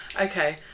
Okay